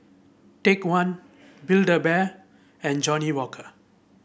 Take One Build A Bear and Johnnie Walker